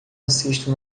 assisto